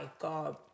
God